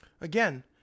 Again